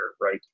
right